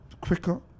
quicker